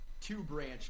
two-branch